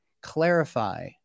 clarify